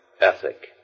ethic